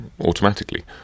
automatically